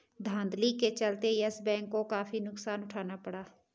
धांधली के चलते यस बैंक को काफी नुकसान उठाना पड़ा